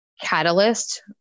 catalyst